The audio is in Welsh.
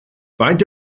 faint